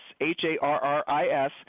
H-A-R-R-I-S